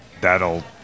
That'll